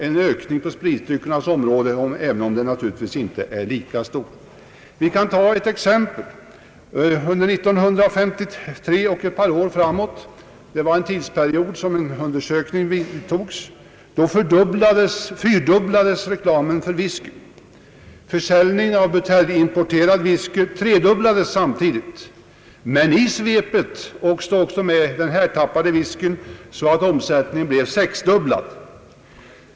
Konsumtionen av spritdrycker har emellertid också ökat, även om den ökningen inte är lika stor. Under 1953 och några år framåt gjordes en undersökning, av vilken framgick att reklamen för whisky fyrdubblades under perioden. Försäljningen av buteljimporterad whisky tredubblades samtidigt, men i det svepet följde också den härtappade whiskyn med, så att den totala försäljningen blev sexdubblad.